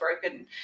broken